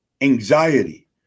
anxiety